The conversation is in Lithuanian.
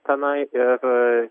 tenai ir